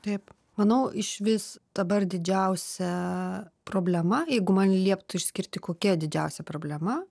taip manau išvis dabar didžiausia problema jeigu man lieptų išskirti kokia didžiausia problema